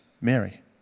Mary